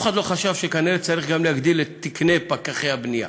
אף אחד לא חשב שכנראה צריך גם להגדיל את תקני פקחי הבנייה